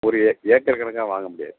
ஒரு ஏ ஏக்கர் கணக்காக வாங்க முடியாது